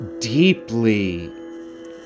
deeply